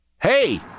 Hey